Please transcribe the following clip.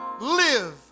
live